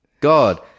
God